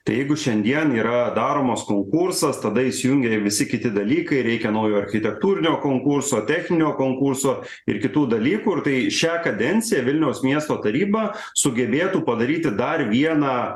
tai jeigu šiandien yra daromas konkursas tada įsijungia visi kiti dalykai reikia naujo architektūrinio konkurso techninio konkurso ir kitų dalykų ir tai šią kadenciją vilniaus miesto taryba sugebėtų padaryti dar vieną